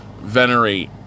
venerate